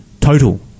total